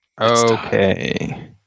Okay